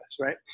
right